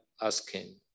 Asking